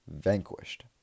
vanquished